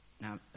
now